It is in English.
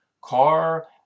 car